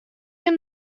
him